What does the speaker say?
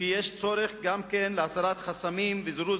כי יש צורך גם כן בהסרת חסמים ובזירוז